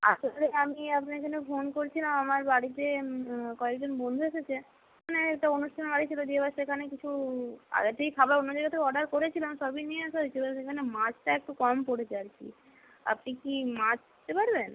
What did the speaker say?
আচ্ছা আমি আপনার জন্য ফোন করেছিলাম আমার বাড়িতে কয়েকজন বন্ধু এসেছে মানে একটা অনুষ্ঠান বাড়ি ছিল দিয়ে এবার সেখানে কিছু আগে থেকেই খাবার অন্য জায়গা থেকে অর্ডার করেছিলাম সবই নিয়ে আসা হয়েছে এবার সেখানে মাছটা একটু কম পড়েছে আর কি আপনি কি মাছ দিতে পারবেন